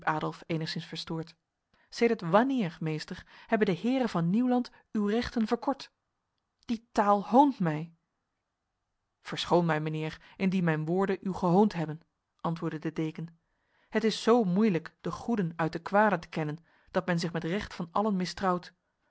enigszins verstoord sedert wanneer meester hebben de heren van nieuwland uw rechten verkort die taal hoont mij verschoon mij mijnheer indien mijn woorden u gehoond hebben antwoordde de deken het is zo moeilijk de goeden uit de kwaden te kennen dat men zich met recht van allen mistrouwt